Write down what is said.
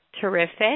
Terrific